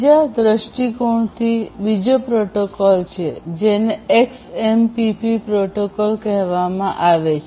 બીજા દૃષ્ટિકોણથી બીજો પ્રોટોકોલ છે જેને XMPP પ્રોટોકોલ કહેવામાં આવે છે